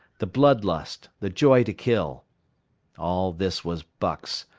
the blood lust, the joy to kill all this was buck's,